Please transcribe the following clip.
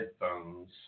headphones